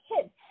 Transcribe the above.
kids